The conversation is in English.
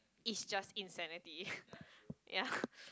it's just insanity ya